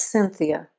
Cynthia